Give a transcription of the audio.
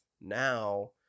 now